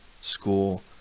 school